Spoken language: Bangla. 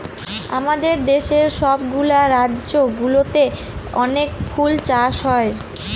আমাদের দেশের সব গুলা রাজ্য গুলোতে অনেক ফুল চাষ হয়